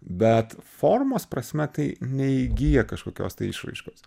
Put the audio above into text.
bet formos prasme tai neįgyja kažkokios tai išraiškos